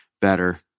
better